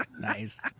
Nice